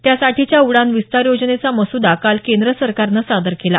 त्यासाठीच्या उडाण विस्तार योजनेचा मसूदा काल केंद्र सरकारनं सादर केला